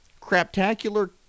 craptacular